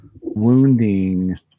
wounding